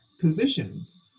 positions